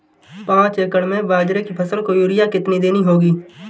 पांच एकड़ में बाजरे की फसल को यूरिया कितनी देनी होगी?